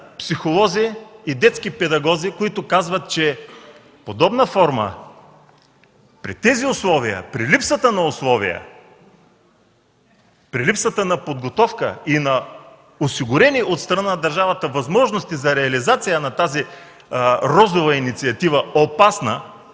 психолози и детски педагози, които казват, че подобна форма при тези условия, при липсата на условия, при липсата на подготовка и на осигурени от страна на държавата възможности за реализация на тази розова инициатива – опасна,